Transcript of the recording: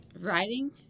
writing